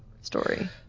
story